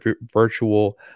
virtual